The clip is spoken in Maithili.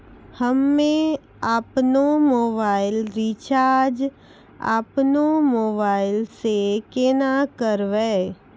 हम्मे आपनौ मोबाइल रिचाजॅ आपनौ मोबाइल से केना करवै?